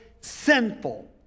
sinful